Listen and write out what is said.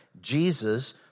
Jesus